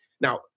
Now